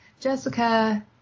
Jessica